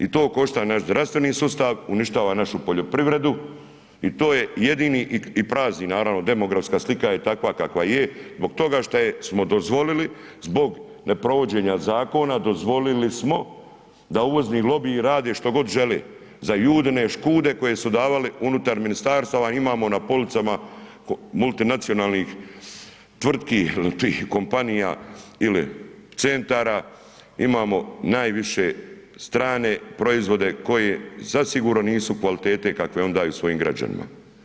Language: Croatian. I to košta naš zdravstveni sustav, uništava našu poljoprivredu i to je jedini i prazni naravno, demografska slika je takva kakva je zbog toga što smo dozvolili zbog neprovođenja zakona dozvolili smo da uvozni lobiji rade što god žele, za Judine škude koje su davali unutar ministarstva imamo na policama multinacionalnih tvrtki ili tih kompanija ili centara, imamo najviše strane proizvode koje zasigurno nisu kvalitete kakve oni daju svojim građanima.